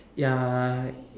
ya